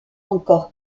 encore